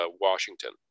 washington